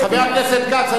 חבר הכנסת כץ,